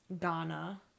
ghana